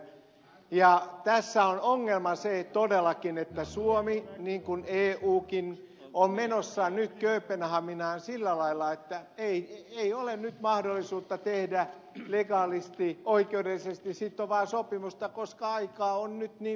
tässä on ongelma se todellakin että suomi niin kuin eukin on menossa nyt kööpenhaminaan sillä lailla että ei ole nyt mahdollisuutta tehdä legaalisti oikeudellisesti sitovaa sopimusta koska aikaa on nyt niin vähän siihen